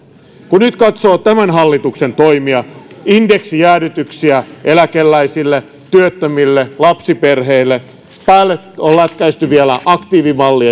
kun nyt katsoo tämän hallituksen toimia indeksijäädytyksiä eläkeläisille työttömille ja lapsiperheille ja päälle on lätkäisty vielä aktiivimalli